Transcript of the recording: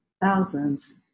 thousands